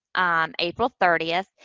um april thirtieth,